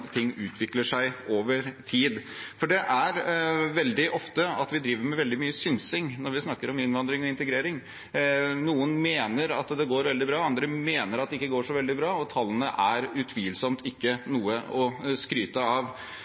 ting utvikler seg over tid. Veldig ofte driver vi med veldig mye synsing når vi snakker om innvandring og integrering. Noen mener det går veldig bra, mens andre mener det ikke går så veldig bra. Tallene er utvilsomt ikke noe å skryte av.